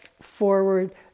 forward